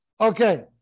Okay